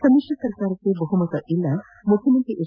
ಸಮ್ಮಿಶ್ರ ಸರ್ಕಾರಕ್ಕೆ ಬಹುಮತವಿಲ್ಲ ಮುಖ್ಯಮಂತ್ರಿ ಎಚ್